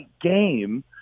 game